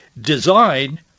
design